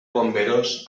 bomberos